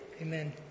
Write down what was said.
Amen